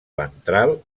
ventral